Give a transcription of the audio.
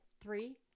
three